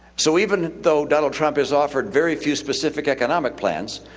so even though donald trump is offered very few specific economic plans,